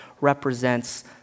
represents